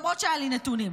למרות שהיו לי נתונים,